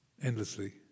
Endlessly